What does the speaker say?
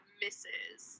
misses